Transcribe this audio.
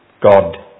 God